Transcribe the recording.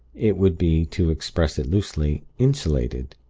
it would be, to express it loosely, insulated.